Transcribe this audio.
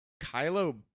Kylo